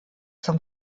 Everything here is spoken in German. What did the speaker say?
zum